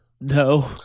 No